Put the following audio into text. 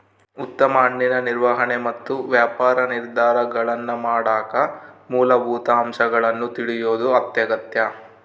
ಉತ್ತಮ ಹಣ್ಣಿನ ನಿರ್ವಹಣೆ ಮತ್ತು ವ್ಯಾಪಾರ ನಿರ್ಧಾರಗಳನ್ನಮಾಡಕ ಮೂಲಭೂತ ಅಂಶಗಳನ್ನು ತಿಳಿಯೋದು ಅತ್ಯಗತ್ಯ